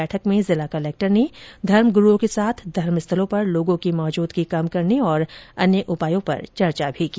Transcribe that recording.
बैठक में जिला कलेक्टर ने धर्मग्रूओं के साथ धर्मस्थलों पर लोगों की मौजूदगी कम करने तथा अन्य उपायों पर चर्चा की